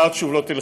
/ ואת שוב לא תלכי,